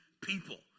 people